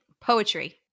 Poetry